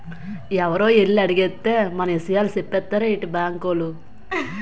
ఎవరో ఎల్లి అడిగేత్తే మన ఇసయాలు సెప్పేత్తారేటి బాంకోలు?